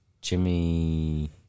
Jimmy